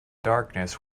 darkness